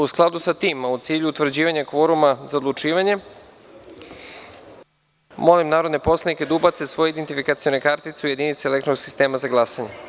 U skladu sa tim, a u cilju utvrđivanja kvoruma za odlučivanje, molim narodne poslanike da ubace svoje identifikacione kartice u jedinice elektronskog sistema za glasanje.